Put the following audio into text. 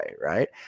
Right